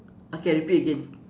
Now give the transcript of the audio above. okay I repeat again